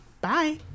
Bye